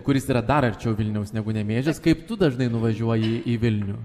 kuris yra dar arčiau vilniaus negu nemėžis kaip tu dažnai nuvažiuoji į vilnių